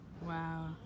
Wow